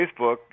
Facebook